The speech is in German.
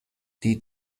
die